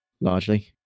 largely